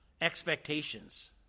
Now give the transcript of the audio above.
Expectations